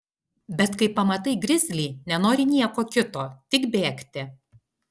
bet kai pamatai grizlį nenori nieko kito tik bėgti